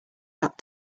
that